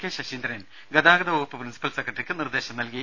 K Saseendran ഗതാഗത വകുപ്പ് principal സെക്രട്ടറിക്ക് നിർദേശം നൽകി